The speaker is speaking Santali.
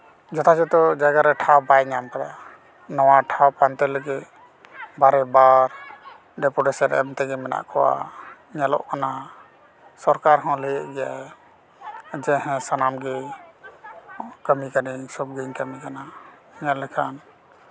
ᱡᱚᱛᱷᱟ ᱡᱷᱚᱛᱚ ᱡᱟᱭᱜᱟᱨᱮ ᱴᱷᱟᱶ ᱵᱟᱭ ᱧᱟᱢ ᱠᱟᱫᱟ ᱱᱚᱣᱟ ᱴᱷᱟᱶ ᱯᱟᱱᱛᱮ ᱞᱟᱹᱜᱤᱫ ᱵᱟᱨᱮ ᱵᱟᱨ ᱰᱮᱯᱩᱰᱮᱥᱮᱱ ᱮᱢ ᱛᱮᱜᱮ ᱢᱮᱱᱟᱜ ᱠᱚᱣᱟ ᱧᱮᱞᱚᱜ ᱠᱟᱱᱟ ᱥᱚᱨᱠᱟᱨ ᱦᱚᱸ ᱞᱟᱹᱭᱮᱜ ᱜᱮᱭᱟᱭ ᱡᱮ ᱦᱮᱸ ᱥᱟᱱᱟᱢᱜᱤᱧ ᱠᱟᱹᱢᱤ ᱠᱟᱹᱱᱟᱹᱧ ᱥᱚᱵ ᱜᱮ ᱠᱟᱹᱢᱤ ᱠᱟᱱᱟ ᱧᱮᱞ ᱞᱮᱠᱷᱟᱱ